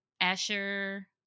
Asher